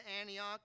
Antioch